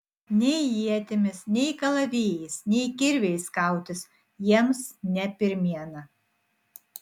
nei ietimis nei kalavijais nei kirviais kautis jiems ne pirmiena